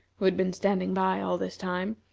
who had been standing by all this time